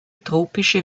tropische